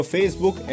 Facebook